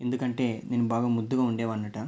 ఎందుకంటే నేను బాగా ముద్దుగా ఉండేవాన్ని అట